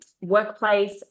workplace